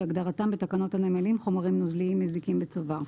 כהגדרתם בתקנות הנמלים חומרים נוזליים מזיקים בצובר,